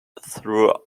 through